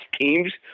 teams